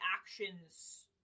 actions